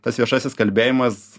tas viešasis kalbėjimas